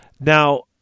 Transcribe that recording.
Now